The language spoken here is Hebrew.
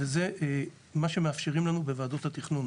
וזה מה שמאפשרים לנו בוועדות התכנון.